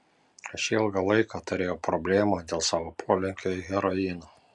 aš ilgą laiką turėjau problemų dėl savo polinkio į heroiną